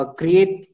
create